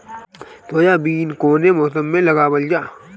Soybean कौने मौसम में लगावल जा?